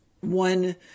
one